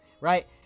right